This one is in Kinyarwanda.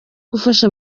gufasha